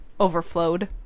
overflowed